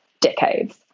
decades